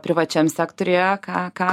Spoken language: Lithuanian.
privačiam sektoriuje ką ką